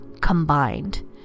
combined